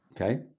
Okay